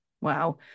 Wow